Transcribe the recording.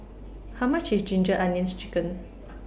How much IS Ginger Onions Chicken